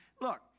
Look